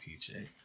PJ